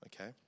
okay